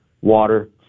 water